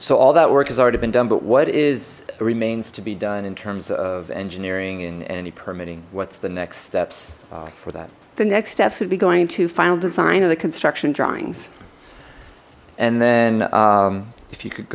so all that work has already been done but what is remains to be done in terms of engineering in any permitting what's the next steps for that the next steps would be going to final design or the construction drawings and then if you could